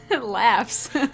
laughs